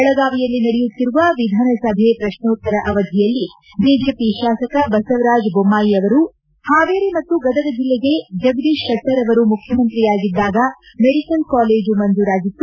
ಬೆಳಗಾವಿಯಲ್ಲಿ ನಡೆಯುತ್ತಿರುವ ವಿಧಾನಸಭೆ ಪ್ರಕ್ಷೋತ್ತರ ಅವಧಿಯಲ್ಲಿ ಬಿಜೆಪಿ ಶಾಸಕ ಬಸವರಾಜ ಬೊಮ್ಮಾಯಿ ಅವರು ಪಾವೇರಿ ಮತ್ತು ಗದಗ ಜಿಲ್ಲೆಗೆ ಜಗದೀಶ್ ಶೆಟ್ಟರ್ ಅವರು ಮುಖ್ಯಮಂತ್ರಿಯಾಗಿದ್ದಾಗ ಮೆಡಿಕಲ್ ಕಾಲೇಜು ಮಂಜೂರಾಗಿತ್ತು